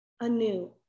anew